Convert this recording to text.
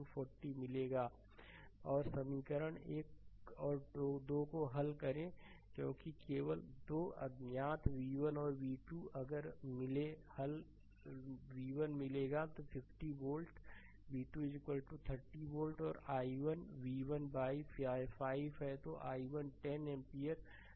slide समय देखें 2014 और समीकरण 1 और 2 को हल करें क्योंकि केवल 2 अज्ञात v1 और v2 अगर हल v1 मिलेगा 50 वोल्ट v2 30 वोल्ट और i1 v1 बाइ 5 है